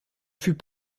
fut